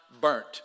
burnt